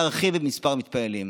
להרחיב את מספר מתפללים.